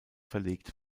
verlegt